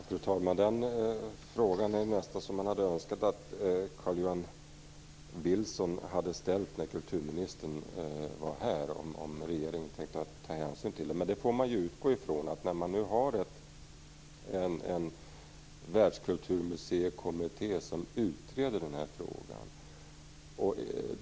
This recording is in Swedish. Fru talman! Jag önskar nästan att Carl-Johan Wilson hade ställt den frågan när kulturministern var här, dvs. om regeringen tänker ta hänsyn till vad som kommer fram. När nu en världskulturkommitté utreder frågan får vi utgå från det.